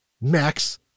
Max